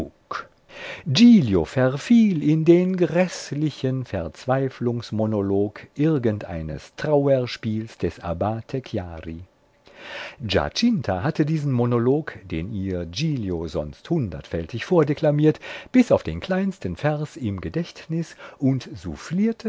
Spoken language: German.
verfiel in den gräßlichen verzweiflungsmonolog irgendeines trauerspiels des abbate chiari giacinta hatte diesen monolog den ihr giglio sonst hundertfältig vordeklamiert bis auf den kleinsten vers im gedächtnis und